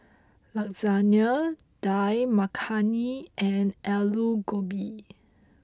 Lasagna Dal Makhani and Alu Gobi